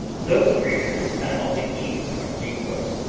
those creatures not only eased our negroes,